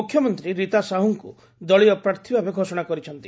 ମୁଖ୍ୟମନ୍ତୀ ରୀତା ସାହୁଙ୍କୁ ଦଳୀୟ ପ୍ରାର୍ଥୀ ଭାବେ ଘୋଷଣା କରିଛନ୍ତି